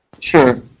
Sure